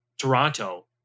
Toronto